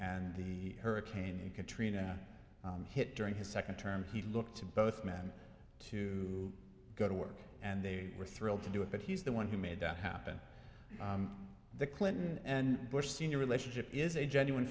and the hurricane katrina hit during his second term he looked to both men to go to work and they were thrilled to do it but he's the one who made that happen the clinton and bush sr relationship is a genuine